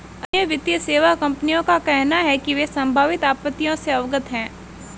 अन्य वित्तीय सेवा कंपनियों का कहना है कि वे संभावित आपत्तियों से अवगत हैं